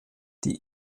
die